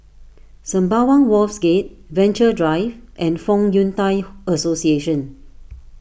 Sembawang Wharves Gate Venture Drive and Fong Yun Thai Association